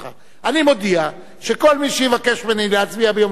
אני מודיע שכל מי שיבקש ממני להצביע ביום שלישי,